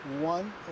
one